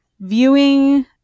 viewing